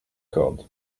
corde